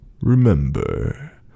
Remember